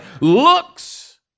looks